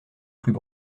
plus